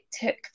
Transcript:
took